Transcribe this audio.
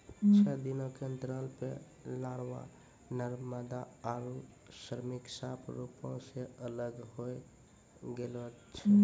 छः दिनो के अंतराल पे लारवा, नर मादा आरु श्रमिक साफ रुपो से अलग होए लगै छै